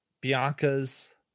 Bianca's